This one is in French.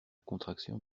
contraction